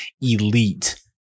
elite